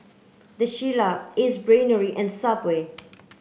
the Shilla Ace Brainery and Subway